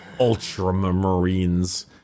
Ultramarines